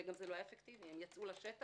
וזה גם לא היה אפקטיבי הם יצאו לשטח,